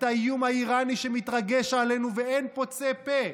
את האיום האיראני שמתרגש עלינו ואין פוצה פה.